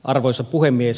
arvoisa puhemies